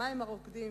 המים הרוקדים.